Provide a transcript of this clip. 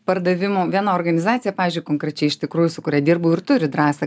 pardavimų viena organizacija pavyzdžiui konkrečiai iš tikrųjų su kuria dirbau ir turi drąsą